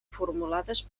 formulades